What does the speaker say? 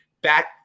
back